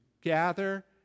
gather